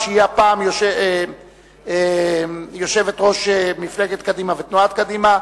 שהיא הפעם יושבת-ראש מפלגת קדימה ותנועת קדימה,